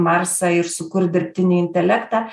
marsą ir sukurt dirbtinį intelektą